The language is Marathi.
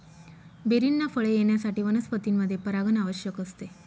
बेरींना फळे येण्यासाठी वनस्पतींमध्ये परागण आवश्यक असते